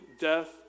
death